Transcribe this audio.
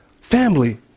family